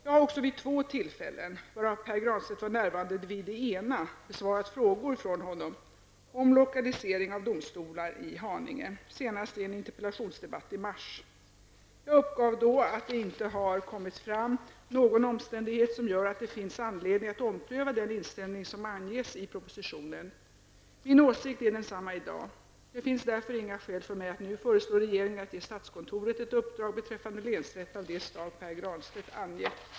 Jag har också vid två tillfällen, varav Pär Granstedt var närvarande vid det ena, besvarat frågor från honom om lokalisering av domstolar till Haninge, senast i en interpellationsdebatt i mars. Jag uppgav då att det inte har kommti fram någon omständighet som gör att det finns anledning att ompröva den inställning som anges i propositionen. Min åsikt är densamma i dag. Det finns därför inga skäl för mig att nu föreslå regeringen att ge statskontoret ett uppdrag beträffande länsrätten av det slag Pär Granstedt angett.